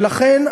ולכן,